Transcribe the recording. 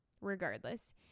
regardless